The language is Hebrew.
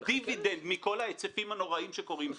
דיווידנד מכל ההיצפים הנוראיים שקורים פה.